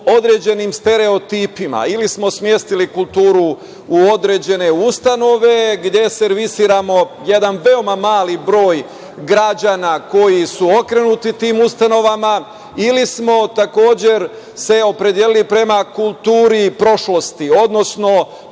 određenim stereotipima ili smo smestili kulturu u određene ustanove gde servisiramo jedan veoma mali broj građana koji su okrenuti tim ustanovama, ili smo se takođe opredelili prema kulturi prošlosti, odnosno